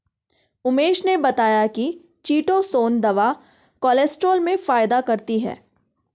उमेश ने बताया कि चीटोसोंन दवा कोलेस्ट्रॉल में फायदा करती है